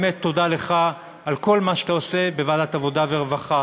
תודה לך על כל מה שאתה עושה בוועדת העבודה והרווחה.